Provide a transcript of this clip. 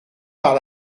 par